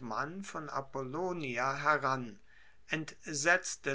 mann von apollonia heran entsetzte